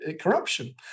corruption